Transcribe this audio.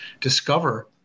discover